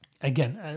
Again